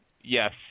Yes